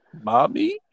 Mommy